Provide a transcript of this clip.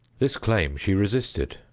this claim she resisted,